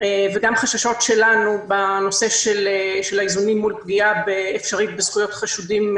וגם חששות שלנו בנושא של האיזונים מול פגיעה אפשרית בזכויות חשודים,